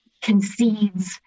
concedes